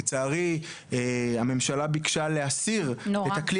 לצערי הממשלה ביקשה להסיר את הכלי